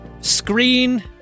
screen